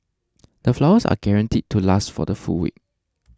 the flowers are guaranteed to last for the full week